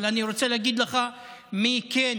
אבל אני רוצה להגיד לך מי כן